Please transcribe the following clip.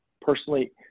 personally